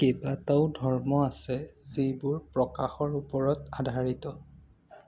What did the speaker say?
কেইবাটাও ধৰ্ম আছে যিবোৰ প্ৰকাশৰ ওপৰত আধাৰিত